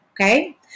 okay